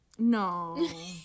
No